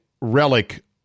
relic